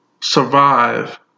survive